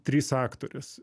trys aktorės